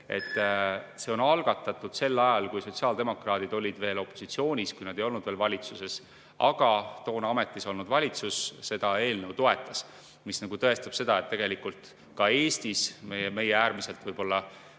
see on algatatud sel ajal, kui sotsiaaldemokraadid olid veel opositsioonis, kui nad ei olnud veel valitsuses. Aga toona ametis olnud valitsus seda eelnõu toetas. See tõestab paraku seda, et tegelikult ka Eestis, meie äärmiselt võib-olla